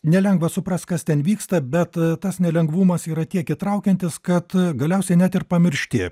nelengva suprast kas ten vyksta bet tas nelengvumas yra tiek įtraukiantis kad galiausiai net ir pamiršti